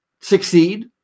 succeed